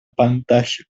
pantalla